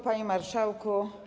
Panie Marszałku!